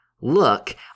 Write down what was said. look